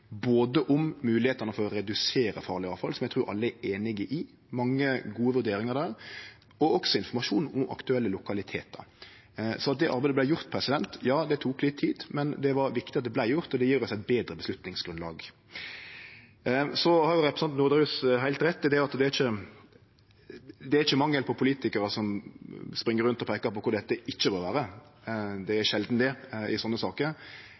både om moglegheitene for å redusere farleg avfall – som eg trur alle er einig i – mange gode vurderingar der, og også informasjon om aktuelle lokalitetar. Så ja, det tok litt tid, men det var viktig at det arbeidet vart gjort, og det gjev oss eit betre avgjerdsgrunnlag. Så har representanten Norderhus heilt rett i at det ikkje er mangel på politikarar som spring rundt og peikar på kvar dette ikkje bør vere – det er det sjeldan i slike saker.